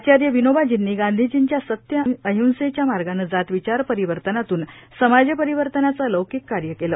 आचार्य विनोबाजींनी गांधीजींच्या सत्य अहिंसेच्या मार्गानं जात विचार परिवर्तनातून समाजपरिवर्तनाचं अलौकिक कार्य केलं